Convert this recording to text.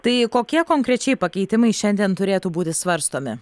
tai kokie konkrečiai pakeitimai šiandien turėtų būti svarstomi